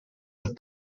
the